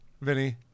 Vinny